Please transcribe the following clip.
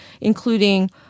including